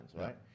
right